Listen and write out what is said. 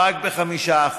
רק ב-5%.